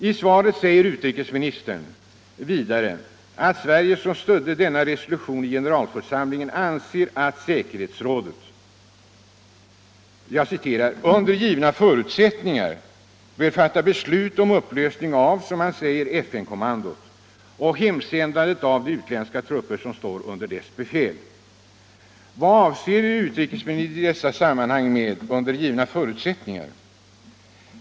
I svaret säger utrikesministern vidare att Sverige, som stödde denna resolution i generalförsamlingen, anser att säkerhetsrådet ”under angivna förutsättningar” bör fatta beslut om upplösning av ”FN-kommandot” och hemsändande av de utländska trupper som står under dess befäl.